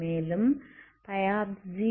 மேலும் ϴ0ϴ2π